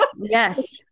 yes